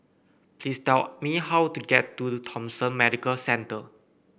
please tell me how to get to the Thomson Medical Centre